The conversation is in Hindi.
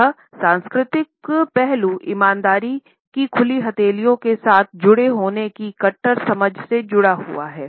यह सांस्कृतिक पहलू ईमानदारी की खुली हथेलियों के साथ जुड़े होने की कट्टर समझ से जुड़ा हुआ है